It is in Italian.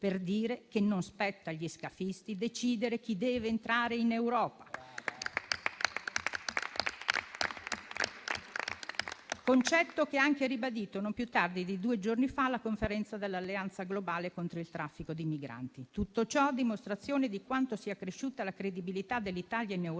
per dire che non spetta agli scafisti decidere chi debba entrare in Europa; concetto che ha anche ribadito non più tardi di due giorni fa alla Conferenza per un'alleanza globale contro i trafficanti di esseri umani. Tutto ciò a dimostrazione di quanto sia cresciuta la credibilità dell'Italia in Europa